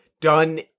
done